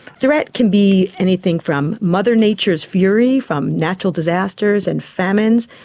threat can be anything from mother nature's fury, from natural disasters and famines,